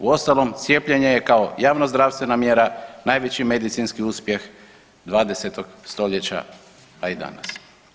Uostalom cijepljenje je kao javnozdravstvena mjera najveći medicinski uspjeh 20. stoljeća pa i danas.